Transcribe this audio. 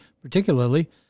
particularly